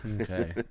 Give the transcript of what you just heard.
Okay